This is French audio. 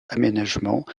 aménagements